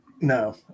No